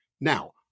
Now